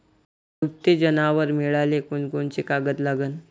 दुभते जनावरं मिळाले कोनकोनचे कागद लागन?